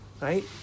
Right